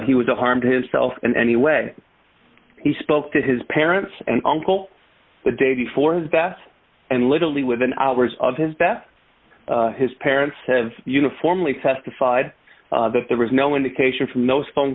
he was a harm to himself in any way he spoke to his parents and uncle the day before his death and literally within hours of his death his parents have uniformly testified that there was no indication from those phone